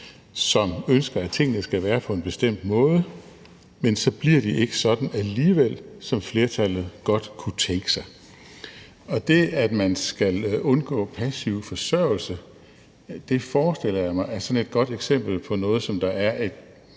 som ønsker, at tingene skal være på en bestemt måde, men så bliver de alligevel ikke sådan, som flertallet godt kunne tænke sig. Og det, at man skal undgå passiv forsørgelse, forestiller jeg mig er sådan et godt eksempel på noget, som der er